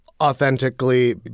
authentically